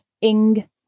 Ing